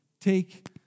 take